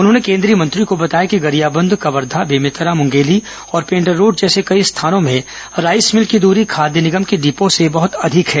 उन्होंने केन्द्रीय मंत्री को बताया कि गरियाबंद कवर्घा बेमेतरा मंगेली और पेण्डारोड जैसे कई स्थानों में राइस मिल की दरी खाद्य निगम के डिपो से बहत अधिक है